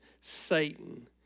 Satan